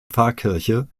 pfarrkirche